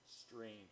strange